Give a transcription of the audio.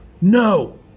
No